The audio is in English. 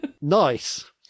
Nice